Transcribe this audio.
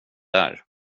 där